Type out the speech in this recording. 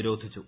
നിരോധിച്ചു